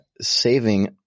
saving